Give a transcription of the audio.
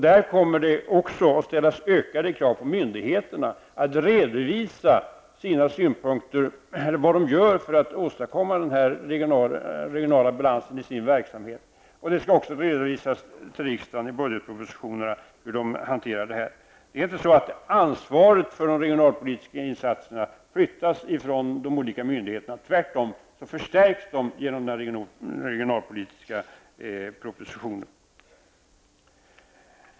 Det kommer att ställas ökade krav på att myndigheterna skall redovisa sina synpunkter och vad de gör för att åstadkomma en regional balans i sin verksamhet. Hur de hanterar detta skall redovisas till riksdagen i budgetpropositionen. Ansvaret för de regionalpolitiska insatserna flyttas inte från de olika myndigheterna. Det förstärks tvärtom genom den regionalpolitiska propositionen.